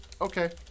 Okay